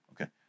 Okay